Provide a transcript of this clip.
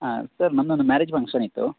ಹಾಂ ಸರ್ ನಂದೊಂದು marriage function ಇತ್ತು